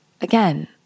again